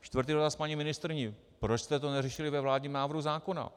Čtvrtý dotaz na paní ministryni: Proč jste to neřešili ve vládním návrhu zákona?